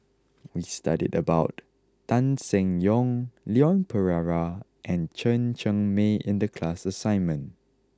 we studied about Tan Seng Yong Leon Perera and Chen Cheng Mei in the class assignment